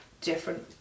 different